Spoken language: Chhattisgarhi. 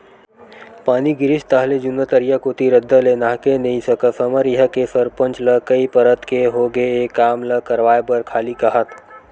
पानी गिरिस ताहले जुन्ना तरिया कोती रद्दा ले नाहके नइ सकस हमर इहां के सरपंच ल कई परत के होगे ए काम ल करवाय बर खाली काहत